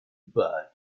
budd